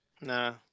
Nah